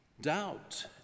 Doubt